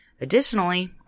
Additionally